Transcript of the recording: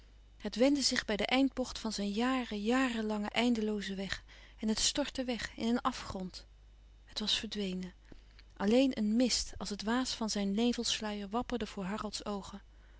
het wendde zich bij de eindbocht van zijn jaren jarenlangen eindeloozen weg en het stortte weg in een afgrond het was verdwenen alleen een mist als het waas van zijn nevelsluier wapperde voor harolds